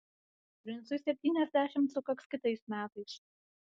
princui septyniasdešimt sukaks kitais metais